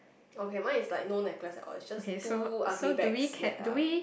okay mine is like no necklace at all it's just two ugly bags that are